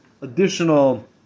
additional